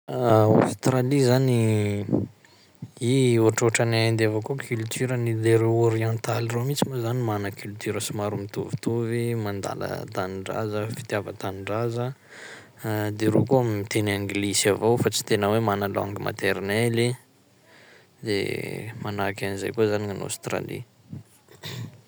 Australie zany i ohatrohatran'i Inde avao koa culture-ny, ivero ôrientaly ireo mihtsy ma zany mana culture somary mitovitovy, mandala tanindraza, fitiava-tanindraza, de reo koa miteny anglisy avao fa tsy tena hoe mana langue maternelle i, de manahaky an'izay koa zany gnan'Australie.